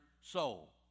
soul